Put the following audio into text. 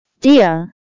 Dear